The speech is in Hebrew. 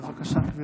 בבקשה, גברתי.